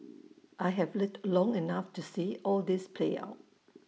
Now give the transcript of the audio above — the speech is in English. I have lived long enough to see all this play out